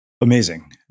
Amazing